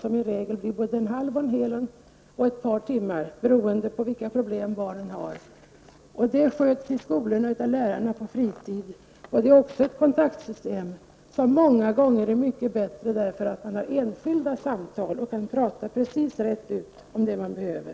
De blir ofta både en halv, en hel och ett par timmar beroende på vilka problem barnen har. Dessa samtal sköts i skolorna av lärarna på fritiden. Och det är ett kontaktsystem som många gånger är mycket bättre, eftersom det är fråga om enskilda samtal och man kan tala rätt ut om det man behöver.